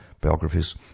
biographies